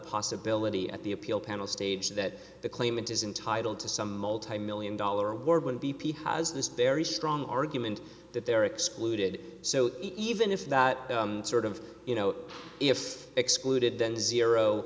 possibility at the appeal panel stage that the claimant is entitle to some multimillion dollar war when b p has this very strong argument that they're excluded so even if that sort of you know if excluded then zero